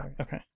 Okay